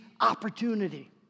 opportunity